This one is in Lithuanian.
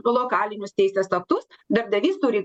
lokalinius teisės aktus darbdavys turi